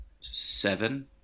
Seven